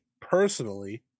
personally